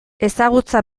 ezagutza